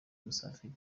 musafili